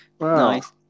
Nice